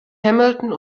hamilton